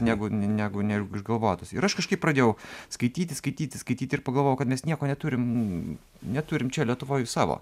negu negu ne išgalvotos ir aš kažkaip pradėjau skaityti skaityti skaityti ir pagalvojau kad mes nieko neturim neturim čia lietuvoj savo